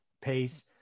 Pace